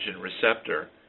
Receptor